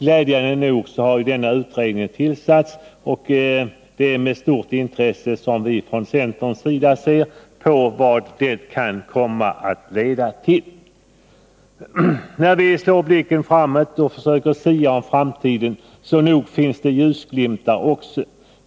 Glädjande nog har ju utredningen tillsatts, och det är med stort intresse som vi från centerns sida emotser vad den kan komma att leda till. Nog finns det ljusglimtar när vi riktar blicken framåt och försöker sia om framtiden.